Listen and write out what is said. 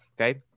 Okay